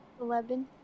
Eleven